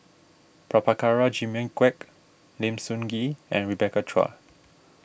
Prabhakara Jimmy Quek Lim Sun Gee and Rebecca Chua